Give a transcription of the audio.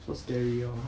so scary orh